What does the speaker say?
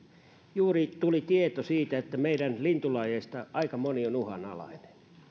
juuri tuli tieto siitä että meidän lintulajeistamme aika moni on uhanalainen